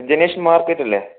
Janesh market അല്ലെ